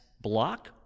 block